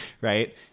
right